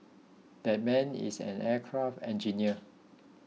that man is an aircraft engineer